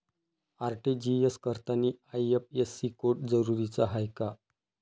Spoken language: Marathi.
आर.टी.जी.एस करतांनी आय.एफ.एस.सी कोड जरुरीचा हाय का?